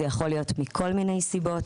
זה יכול להיות מכל מיני סיבות.